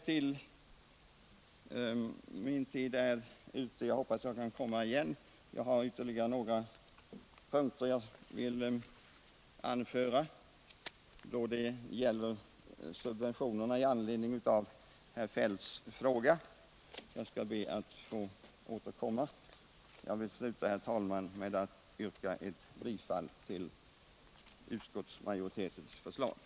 Min talartid är ute. Jag hoppas att jag kan komma igen. Jag har ytterligare några synpunkter som jag vill anföra i anledning av herr Feldts fråga då det gäller subventionerna. Jag ber alltså att få återkomma. Jag vill, herr talman, sluta med att yrka bifall till utskottsmajoritetens hemställan.